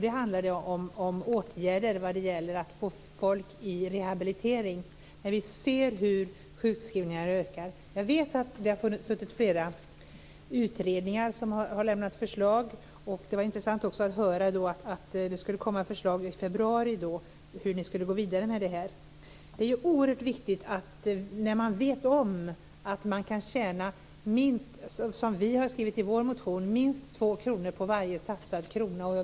Det handlar om åtgärder för att få folk i rehabilitering när vi ser hur sjukskrivningarna ökar. Jag vet att det har suttit flera utredningar som har lämnat förslag. Det var intressant att höra att det skulle komma ett förslag i februari om hur ni skulle gå vidare med detta. Det här är oerhört viktigt, för man vet att man kan tjäna minst, som vi har skrivit i vår motion, 2 kr på varje satsad krona.